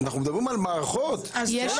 זה שב"ס, אנחנו מדברים על מערכות.